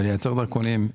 כדי לייצר דרכונים.